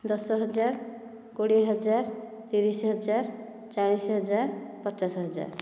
ଦଶ ହଜାର କୋଡ଼ିଏ ହଜାର ତିରିଶ ହଜାର ଚାଳିଶ ହଜାର ପଚାଶ ହଜାର